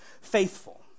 faithful